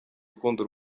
urukundo